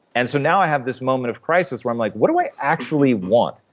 and so now i have this moment of crisis where i'm like what do i actually want?